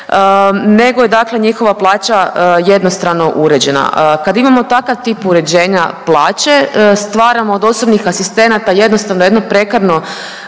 nego je dakle njihova plaća jednostrano uređena. Kad imamo takav tip uređenja plaće stvaramo od osobnih asistenata jednostavno jedno prekarno